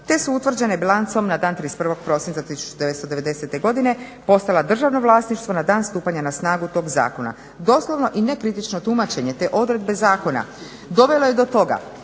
te su utvrđene bilancom na dan 31. prosinca 1990. godine postala državno vlasništvo na dan stupanja na snagu tog zakona. Doslovno i nekritično tumačenje te odredbe zakona dovelo je do toga